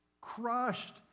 crushed